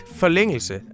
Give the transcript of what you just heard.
forlængelse